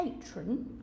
patron